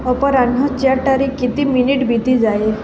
ଅପରାହ୍ନ ଚାରିଟାରେ କେତେ ମିନିଟ୍ ବିତିଯାଏ